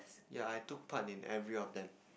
ya I took part in every of them